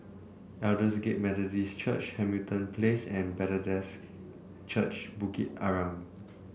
Aldersgate Methodist Church Hamilton Place and Bethesda's Church Bukit Arang